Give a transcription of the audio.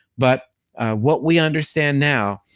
but what we understand now,